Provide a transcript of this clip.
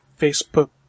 Facebook